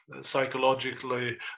psychologically